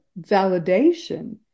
validation